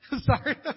sorry